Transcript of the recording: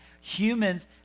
humans